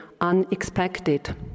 Unexpected